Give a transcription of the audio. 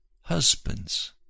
husbands